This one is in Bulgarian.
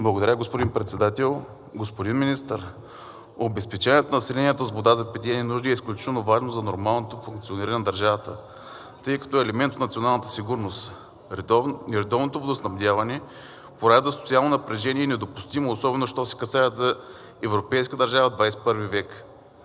Благодаря, господин Председател. Господин Министър, обезпечаването на населението с вода за питейни нужди е изключително важно за нормалното функциониране на държавата, тъй като е елемент от националната сигурност. Нередовното водоснабдяване поражда социално напрежение и е недопустимо, особено що се касае за европейска държава в 21 век.